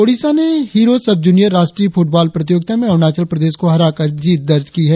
ओड़िसा ने Hero sub junior राष्ट्रीय football प्रतियोगिता में अरुणाचल प्रदेश को हराकर जीत दर्ज की है